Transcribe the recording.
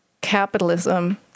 capitalism